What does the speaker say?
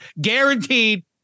guaranteed